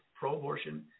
pro-abortion